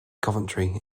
coventry